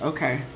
Okay